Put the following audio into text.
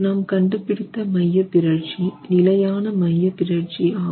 நாம் கண்டுபிடித்த மையப்பிறழ்ச்சி நிலையான மையப்பிறழ்ச்சி ஆகும்